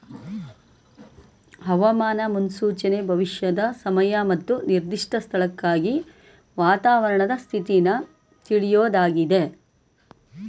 ಹವಾಮಾನ ಮುನ್ಸೂಚನೆ ಭವಿಷ್ಯದ ಸಮಯ ಮತ್ತು ನಿರ್ದಿಷ್ಟ ಸ್ಥಳಕ್ಕಾಗಿ ವಾತಾವರಣದ ಸ್ಥಿತಿನ ತಿಳ್ಯೋದಾಗಿದೆ